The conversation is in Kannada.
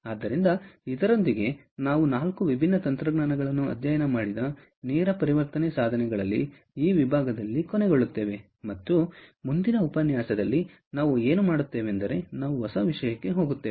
ಆದ್ದರಿಂದ ಇದರೊಂದಿಗೆ ನಾವು 4 ವಿಭಿನ್ನ ತಂತ್ರಜ್ಞಾನಗಳನ್ನು ಅಧ್ಯಯನ ಮಾಡಿದ ನೇರ ಪರಿವರ್ತನೆ ಸಾಧನಗಳಲ್ಲಿ ಈ ವಿಭಾಗದಲ್ಲಿ ಕೊನೆಗೊಳ್ಳುತ್ತೇವೆ ಮತ್ತು ಮುಂದಿನ ಉಪನ್ಯಾಸದಲ್ಲಿ ನಾವು ಏನು ಮಾಡುತ್ತೇವೆಂದರೆ ನಾವು ಹೊಸ ವಿಷಯಕ್ಕೆ ಹೋಗುತ್ತೇವೆ